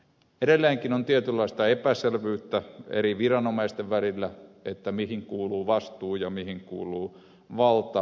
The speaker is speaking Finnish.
edelleenkin on tietynlaista epäselvyyttä eri viranomaisten välillä siitä mihin kuuluu vastuu ja mihin kuuluu valta